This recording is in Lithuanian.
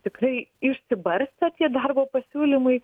tikrai išsibarstę tie darbo pasiūlymai